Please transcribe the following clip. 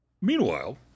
Meanwhile